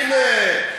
הנה.